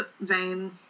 vain